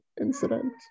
incident